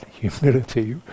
humility